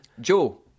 Joe